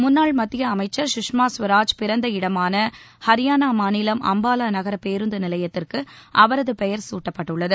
முன்னாள் மத்திய அமைச்சர் கஷ்மா ஸ்வராஜ் பிறந்த இடமான ஹரியானா மாநிலம் அம்பாலா நகரப் பேருந்து நிலையத்திற்கு அவரது பெயர் சூட்டப்பட்டுள்ளது